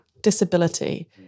disability